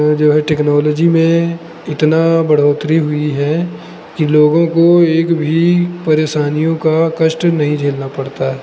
जो है टेक्नोलॉजी में इतना बढ़ोत्तरी हुई है कि लोगों को एक भी परेशानियों का कष्ट नहीं झेलना पड़ता है